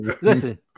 Listen